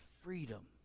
freedom